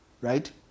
right